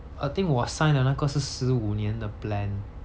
I think 我 sign 的那个是十五年的 plan